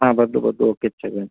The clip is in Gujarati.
હા બધું બધું ઓકે જ છે બેન